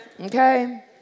Okay